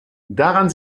daran